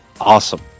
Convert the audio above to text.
Awesome